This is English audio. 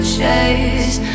chase